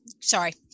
Sorry